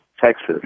Texas